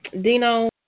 Dino